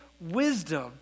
wisdom